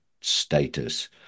status